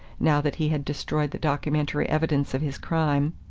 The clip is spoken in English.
now that he had destroyed the documentary evidence of his crime.